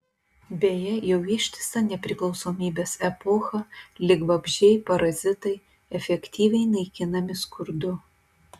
beje jau ištisą nepriklausomybės epochą lyg vabzdžiai parazitai efektyviai naikinami skurdu